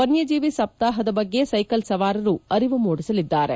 ವನ್ನಜೀವಿ ಸಪ್ತಾಹದ ಬಗ್ಗೆ ಸೈಕಲ್ ಸವಾರರು ಅರಿವು ಮೂಡಿಸಲಿದ್ದಾರೆ